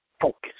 Focus